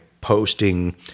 posting